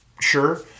sure